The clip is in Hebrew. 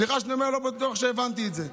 סליחה שאני אומר את זה, לא בטוח שהבנתי את זה.